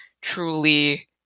truly